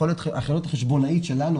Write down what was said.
היכולת החשבונאית שלנו,